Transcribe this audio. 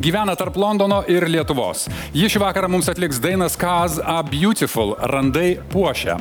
gyvena tarp londono ir lietuvos ji šį vakarą mums atliks dainą skas a bjutiful randai puošia